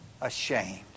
ashamed